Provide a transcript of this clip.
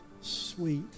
sweet